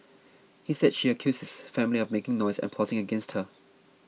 he said she accused his family of making noise and plotting against her